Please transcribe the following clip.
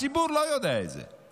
הציבור לא יודע את זה.